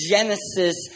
Genesis